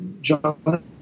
John